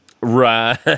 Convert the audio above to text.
Right